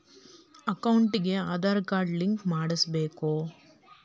ಅಕೌಂಟಿಗೆ Aadhaar card link ಮಾಡಿಸಬೇಕು?